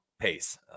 pace